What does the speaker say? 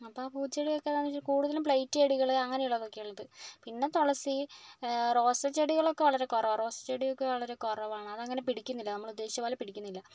അപ്പം ആ പൂച്ചെടികളൊക്കെ ഏതാന്ന് വെച്ചാൽ കൂടുതലും പ്ലേറ്റ് ചെടികള് അങ്ങനെയുള്ളതൊക്കെയാണ് ഉള്ളത് പിന്നെ തുളസി റോസ് ചെടികളൊക്കെ വളരെ കുറവാണ് റോസ് ചെടിയൊക്കെ വളരെ കുറവാണ് അതങ്ങനെ പിടിക്കുന്നില്ല നമ്മളുദ്ദേശിച്ചത് പോലെ പിടിക്കുന്നില്ല